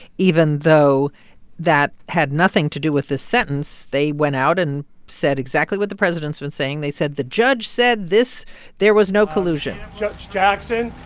even though that had nothing to do with this sentence, they went out and said exactly what the president's been saying. they said the judge said this there was no collusion judge jackson